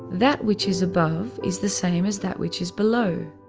that, which is above, is the same as that, which is below.